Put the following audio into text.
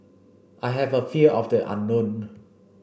I have a fear of the unknown